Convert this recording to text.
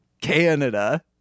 Canada